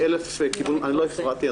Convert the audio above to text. אני לא הפרעתי,